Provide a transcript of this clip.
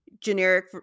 generic